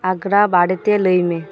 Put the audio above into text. ᱟᱜᱽᱨᱟ ᱵᱟᱨᱮᱛᱮ ᱞᱟᱹᱭ ᱢᱮ